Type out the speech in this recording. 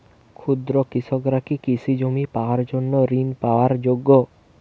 ক্ষুদ্র কৃষকরা কি কৃষিজমি কেনার জন্য ঋণ পাওয়ার যোগ্য?